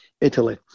Italy